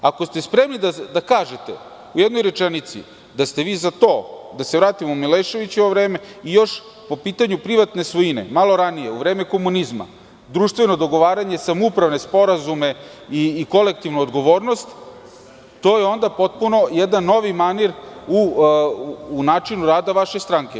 Ako ste spremni da kažete u jednoj rečenici da ste za to da se vratimo u Miloševićevo vreme, i još po pitanju privatne svojine, malo ranije, u vreme komunizma, društveno dogovaranje, samoupravne sporazume i kolektivnu odgovornost, to je onda potpuno jedan novi manir u načinu rada vaše stranke.